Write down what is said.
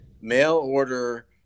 mail-order